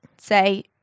say